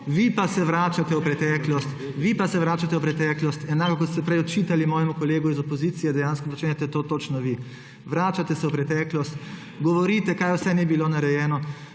Vi pa se vračate v preteklost, enako kot ste prej očitali mojemu kolegu iz opozicije, dejansko počnete to točno vi. Vračate se v preteklost, govorite, kaj vse ni bilo narejeno.